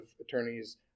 attorneys